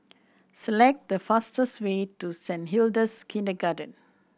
select the fastest way to Saint Hilda's Kindergarten